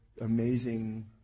amazing